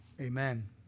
amen